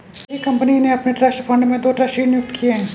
मेरी कंपनी ने अपने ट्रस्ट फण्ड में दो ट्रस्टी नियुक्त किये है